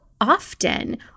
often